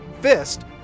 Fist